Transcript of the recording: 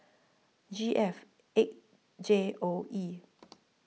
G F eight J O E